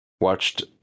watched